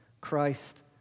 Christ